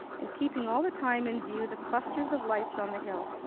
and keeping all the time in view the clusters of lights on the hill,